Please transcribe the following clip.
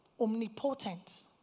Omnipotent